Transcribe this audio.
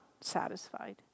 satisfied